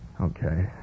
Okay